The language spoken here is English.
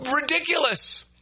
ridiculous